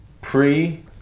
pre